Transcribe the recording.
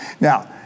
Now